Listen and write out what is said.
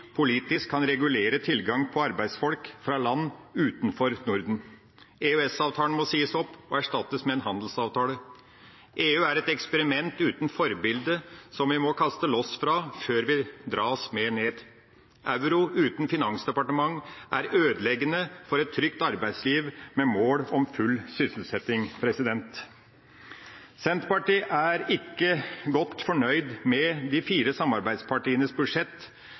politisk kan regulere tilgang på arbeidsfolk fra land utenfor Norden. EØS-avtalen må sies opp og erstattes med en handelsavtale. EU er et eksperiment uten forbilde, som vi må kaste loss fra før vi dras med ned. Euro uten et finansdepartement er ødeleggende for et trygt arbeidsliv med mål om full sysselsetting. Senterpartiet er ikke godt fornøyd med de fire samarbeidspartienes budsjett.